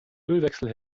ölwechsel